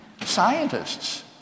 scientists